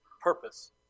Purpose